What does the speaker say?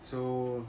so